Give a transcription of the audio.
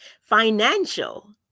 financial